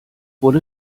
wurde